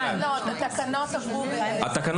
התקנות עברו ב-2021.